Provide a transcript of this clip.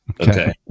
Okay